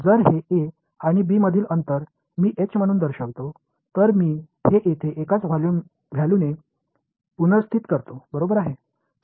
जर हे a आणि b मधील अंतर मी एच म्हणून दर्शवितो तर मी हे येथे एकाच व्हॅलूने पुनर्स्थित करतो बरोबर आहे